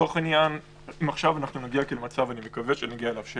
אם עכשיו נגיע למצב שאני מקווה שנגיע אליו,